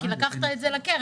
כי לקחת את זה לקרן,